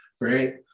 right